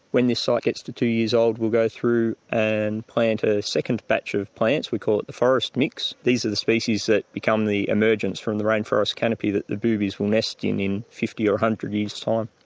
when this site gets to two years old we'll go through and plant a second batch of plants, we call it the forest mix, and these are the species that become the emergence from the rainforest canopy that the boobies will nest in in fifty or one hundred years time.